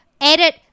Edit